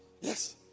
Yes